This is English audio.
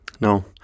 No